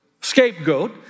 Scapegoat